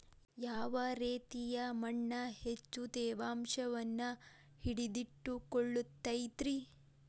ಯಾವ ರೇತಿಯ ಮಣ್ಣ ಹೆಚ್ಚು ತೇವಾಂಶವನ್ನ ಹಿಡಿದಿಟ್ಟುಕೊಳ್ಳತೈತ್ರಿ?